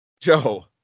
Joe